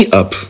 up